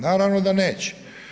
Naravno da neće.